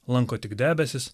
lanko tik debesis